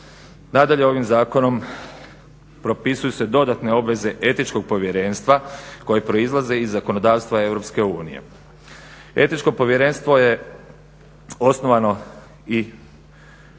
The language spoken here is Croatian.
Nadalje ovim zakonom propisuju se dodatne obveze etičkog povjerenstva koje proizlaze iz zakonodavstva EU. Etičko povjerenstvo je osnovano i